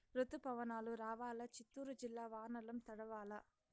రుతుపవనాలు రావాలా చిత్తూరు జిల్లా వానల్ల తడవల్ల